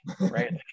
right